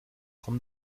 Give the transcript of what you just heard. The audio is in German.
komm